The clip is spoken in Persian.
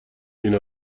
این